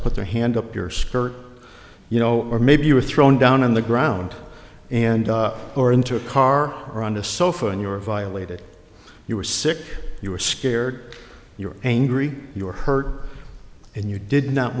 put their hand up your skirt you know or maybe you were thrown down on the ground and or into a car or on a sofa and you are violated you were sick you were scared you're angry you're hurt and you did not